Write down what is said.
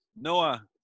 Noah